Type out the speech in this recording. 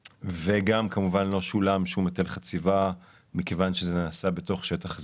גם לא שולם שום היטל חציבה מכיוון שזה נעשה בתוך שטח הזיכיון.